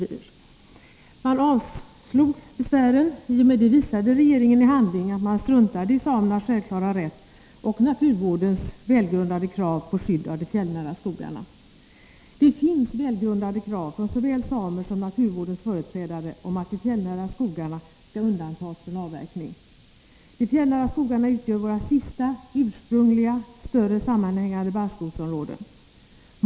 Man avslog besvären. I och med det visade regeringen i handling att man struntade i samernas självklara rätt och naturvårdens välgrundade krav på skydd av de fjällnära skogarna. Det finns välgrundade krav från såväl samer som naturvårdens företrädare om att de fjällnära skogarnas skall undantas från avverkning. De fjällnära skogarna utgör våra sista ursprungliga större sammanhängande barrskogsområden.